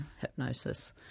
hypnosis